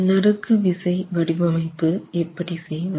நறுக்கு விசை வடிவமைப்பு எப்படி செய்வது